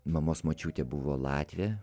mamos močiutė buvo latvė